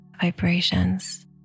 vibrations